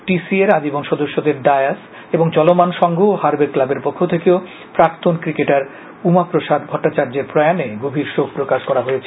T C A র আজীবন সদস্যদের ডায়াস এবং চলমান সংঘ ও হার্ভে ক্লাবের পক্ষ থেকেও প্রাক্তন ক্রিকেটার উমাপ্রসাদ ভট্টাচার্যের প্রয়ানে গভীর শোক প্রকাশ করা হয়েছে